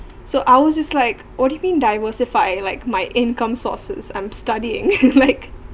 so ours is like what do you mean diversify like my income sources I'm studying like